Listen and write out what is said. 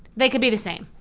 they can be the same.